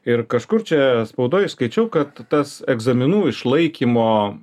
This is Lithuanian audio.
ir kažkur čia spaudoj skaičiau kad tas egzaminų išlaikymo